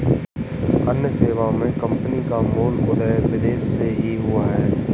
अन्य सेवा मे कम्पनी का मूल उदय विदेश से ही हुआ है